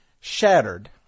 shattered